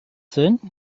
then